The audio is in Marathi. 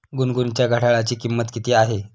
गुनगुनच्या घड्याळाची किंमत किती आहे?